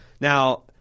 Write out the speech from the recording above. Now